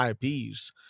ips